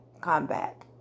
Comeback